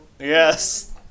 Yes